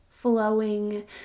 flowing